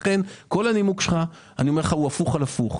לכן כל הנימוק שלך הוא הפוך על הפוך.